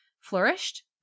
flourished